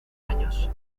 años